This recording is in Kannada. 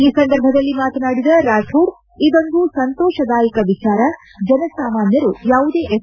ಈ ಸಂದರ್ಭದಲ್ಲಿ ಮಾತನಾಡಿದ ರಾಥೋಡ್ ಇದೊಂದು ಸಂತೋಷದಾಯಕ ವಿಚಾರ ಜನಸಾಮಾನ್ನರು ಯಾವುದೇ ಎಫ್